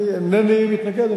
אני אינני מתנגד,